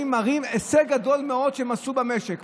מראים הישג גדול מאוד שהם עשו במשק.